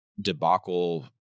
debacle